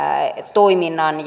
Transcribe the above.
toiminnan